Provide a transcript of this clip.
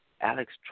Alex